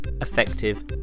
effective